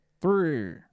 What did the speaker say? Three